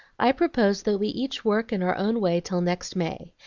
i propose that we each work in our own way till next may,